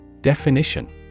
Definition